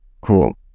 Cool